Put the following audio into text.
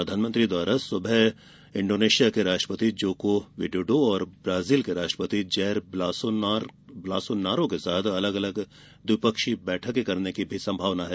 प्रधानमंत्री द्वारा सुबह इंडोनेशिया के राष्ट्रापति जोको विडोडो और ब्राजील के राष्ट्रपति जैर बोल्सोनारो के साथ अलग अलग द्विपक्षीय बैठक करने की संभावना है